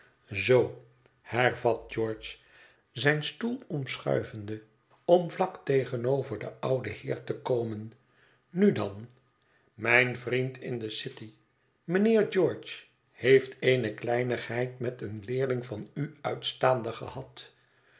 zoo hervat george zijn stoel omschuivende om vlak tegenover den ouden heer te komen nu dan mijn vriend in de city mijnheer george heeft eene kleinigheid met een leerling van u uitstaande gehad